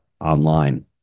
online